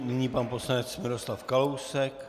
Nyní pan poslanec Miroslav Kalousek.